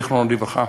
זיכרונו לברכה,